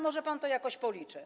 może pan to jakoś policzy.